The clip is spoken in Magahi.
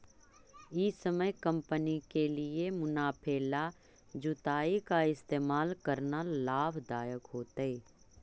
ई समय कंपनी के लिए मुनाफे ला जुताई का इस्तेमाल करना लाभ दायक होतई